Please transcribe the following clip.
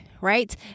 right